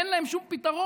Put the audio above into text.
אין להם שום פתרון.